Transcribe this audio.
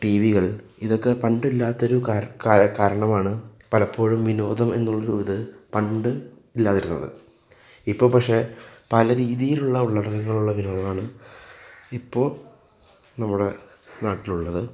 T വികൾ ഇതൊക്കെ പണ്ട് ഇല്ലാത്തൊരു കാ കാ കാരണമാണ് പലപ്പോഴും വിനോദം എന്നുള്ള ഒരു ഇത് പണ്ട് ഇല്ലാതിരുന്നത് ഇപ്പോൾ പക്ഷേ പല രീതിയിലുള്ള ഉള്ളടക്കങ്ങളുള്ള വിനോദങ്ങളാണ് ഇപ്പോൾ നമ്മുടെ നാട്ടിലുള്ളത്